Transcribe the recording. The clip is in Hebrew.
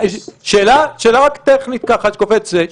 רק שאלה טכנית שקופצת לי,